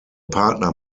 partner